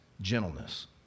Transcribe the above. gentleness